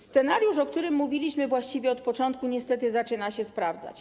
Scenariusz, o którym mówiliśmy właściwie od początku, niestety zaczyna się sprawdzać.